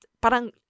parang